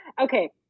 okay